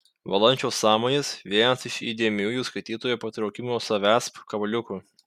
valančiaus sąmojis vienas iš įdėmiųjų skaitytojo patraukimo savęsp kabliukų